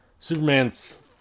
Superman's